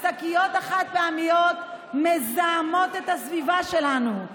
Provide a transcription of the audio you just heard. השקיות החד-פעמיות מזהמות את הסביבה שלנו,